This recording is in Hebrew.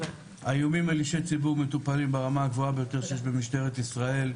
האיומים על אישי ציבור מטופלים ברמה הגבוהה ביותר שיש במשטרת ישראל,